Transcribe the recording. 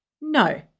no